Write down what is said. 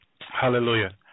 Hallelujah